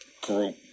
group